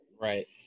Right